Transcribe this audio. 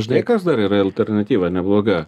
žinai kas dar yra alternatyva nebloga